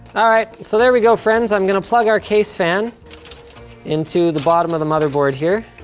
ah right, so there we go, friends. i'm gonna plug our case fan into the bottom of the motherboard here.